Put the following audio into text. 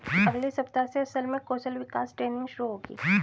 अगले सप्ताह से असम में कौशल विकास ट्रेनिंग शुरू होगी